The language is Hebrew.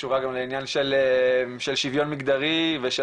שקשורה גם לעניין של שיווין מגדרי ושל